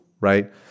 right